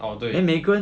orh 对